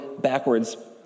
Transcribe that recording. backwards